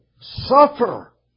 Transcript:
Suffer